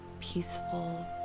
peaceful